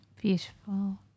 beautiful